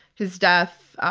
his death,